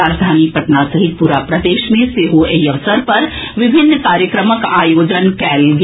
राजधानी पटना सहित पूरा प्रदेश मे सेहो एहि अवसर पर विभिन्न कार्यक्रमक आयोजन कयल गेल